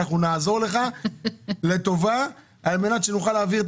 אנחנו נעזור לך לטובה על מנת שנוכל להעביר את